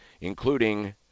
including